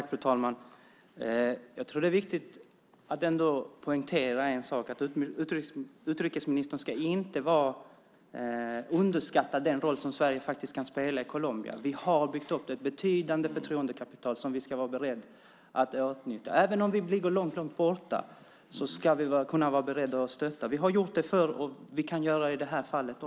Fru talman! Jag tror att det är viktigt att poängtera en sak, nämligen att utrikesministern inte ska underskatta den roll som Sverige kan spela i Colombia. Vi har byggt upp ett betydande förtroendekapital som vi ska vara beredda att åtnjuta. Även om Colombia ligger långt borta ska vi vara beredda att stötta. Vi har gjort det förr, och vi kan göra det igen.